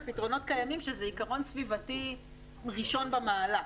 פתרונות קיימים שזה עיקרון סביבתי ראשון במעלה.